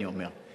אני אומר,